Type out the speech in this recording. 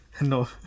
No